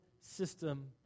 system